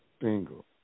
single